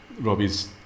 Robbie's